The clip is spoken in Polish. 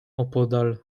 opodal